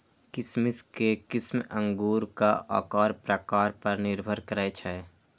किशमिश के किस्म अंगूरक आकार प्रकार पर निर्भर करै छै